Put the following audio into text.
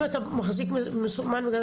אם אתה מחזיק מזומן?